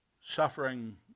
suffering